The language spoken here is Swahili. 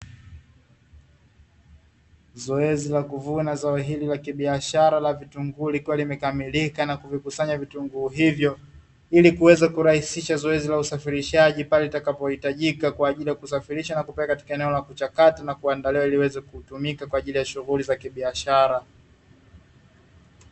Zoezi la kuvuna zao hili la kibiashara la vitunguu likiwa limekamilika na kuvikusanya vitunguu hivyo, ili kuweza kurahisisha zoezi la usafirishaji, pale litakapohitajika kwa ajili ya kusafirisha na kupeleka katika eneo la kuchakata na kuandaliwa, ili iweze kutumika kwa ajili ya shughuli za kibiashara.